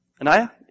Anaya